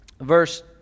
verse